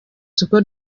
soko